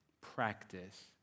practice